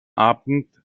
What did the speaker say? abend